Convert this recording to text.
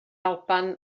alban